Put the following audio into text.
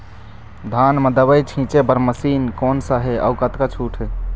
धान म दवई छींचे बर मशीन कोन सा हे अउ कतका छूट हे?